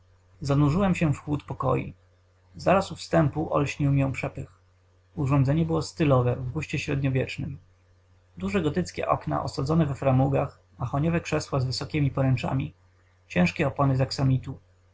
zanurzyłem się w chłód pokoi zaraz u wstępu olśnił mię przepych urządzenie było stylowe w guście średniowiecznym duże gotyckie okna osadzone we framugach mahoniowe krzesła z wysokiemi poręczami ciężkie opony z aksamitu